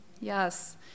Yes